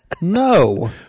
No